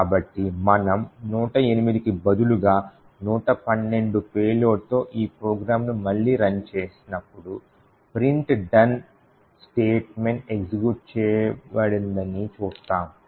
కాబట్టి మనము 108కి బదులుగా 112 పేలోడ్ తో ఈ ప్రోగ్రామ్ ను మళ్ళీ రన్ చేసినపుడు print done స్టేట్మెంట్ ఎగ్జిక్యూట్ చేయబడదని చూస్తాము